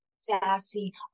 sassy